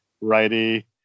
righty